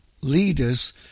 leaders